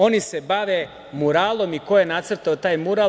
Oni se bave muralom i ko je nacrtao taj mural.